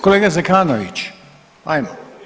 Kolega Zekanović, ajmo.